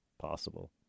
possible